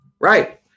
Right